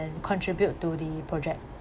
and contribute to the project